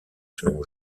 selon